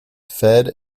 fed